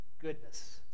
goodness